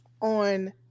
on